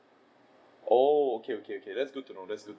oh okay okay okay that's good to know that's good to know